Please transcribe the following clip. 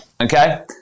okay